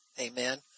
Amen